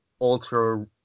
ultra